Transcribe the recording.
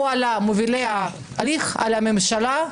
היא על מובילי ההליך, על הממשלה,